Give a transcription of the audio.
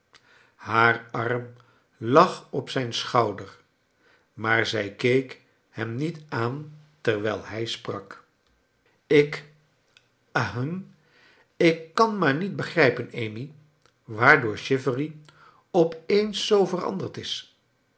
haar arm lag op zijn schouder maar zij keek hem niet aan terwijl hij sprak ik ahem ik kan maar niet begrijpen amy waardoor chivery op eens zoo veranderd is